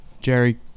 Jerry